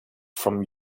from